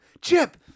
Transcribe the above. Chip